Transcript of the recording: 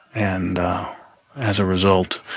and as a result,